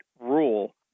rule